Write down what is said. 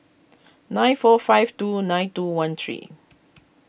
nine four five two nine two one three